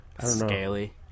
Scaly